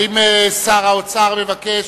האם שר האוצר מבקש?